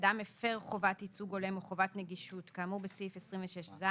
אדם הפר חובת ייצוג הולם או חובת נגישות כאמור בסעיף 26ז,